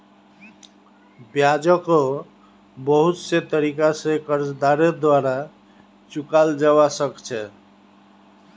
ब्याजको बहुत से तरीका स कर्जदारेर द्वारा चुकाल जबा सक छ